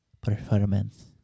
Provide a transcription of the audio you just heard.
Performance